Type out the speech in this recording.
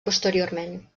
posteriorment